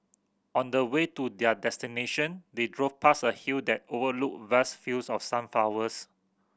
on the way to their destination they drove past a hill that overlooked vast fields of sunflowers